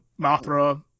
Mothra